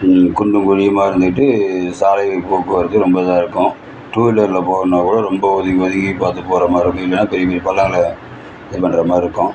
குண்டும் குழியுமாக இருந்துகிட்டு சாலை போக்குவரத்து ரொம்ப இதாக இருக்கும் டூவீலரில் போகணும்னா கூட ரொம்ப ஒதுங்கி ஒதுங்கி பார்த்து போகறா மாதிரி இருக்கும் இல்லைன்னா பெரிய பெரிய பள்ளம்லாம் இது பண்ணுற மாதிரி இருக்கும்